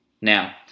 Now